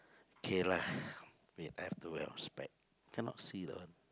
K lah wait I have to wear my spec cannot see that one